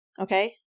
Okay